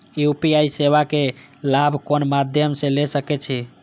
UPI सेवा के लाभ कोन मध्यम से ले सके छी?